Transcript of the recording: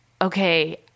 okay